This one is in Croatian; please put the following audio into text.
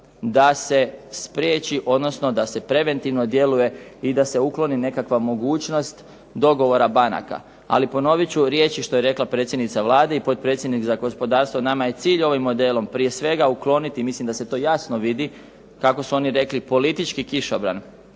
da se spriječi, odnosno da se preventivno djeluje i da se ukloni nekakva mogućnost dogovora banaka. Ali, ponovit ću riječi što je rekla predsjednica Vlade i potpredsjednik za gospodarstvo, nama je cilj ovim modelom prije svega ukloniti, mislim da se to jasno vidi, kako su oni rekli politički kišobran.